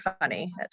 funny